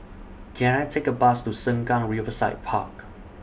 Can I Take A Bus to Sengkang Riverside Park